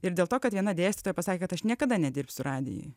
ir dėl to kad viena dėstytoja pasakė kad aš niekada nedirbsiu radijuj